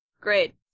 Great